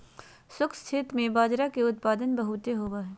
शुष्क क्षेत्र में बाजरा के उत्पादन बहुत होवो हय